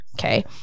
Okay